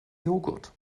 jogurt